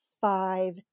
five